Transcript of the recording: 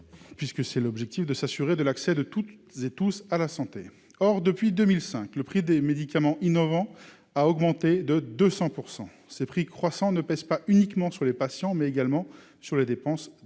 puisque c'est l'objectif de s'assurer de l'accès de toutes et tous à la santé, or depuis 2005 le prix des médicaments innovants a augmenté de 200 % ces prix croissant ne pèse pas uniquement sur les patients mais également sur les dépenses de l'assurance